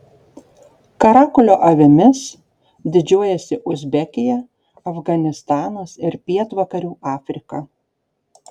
karakulio avimis didžiuojasi uzbekija afganistanas ir pietvakarių afrika